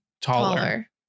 taller